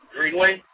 Greenway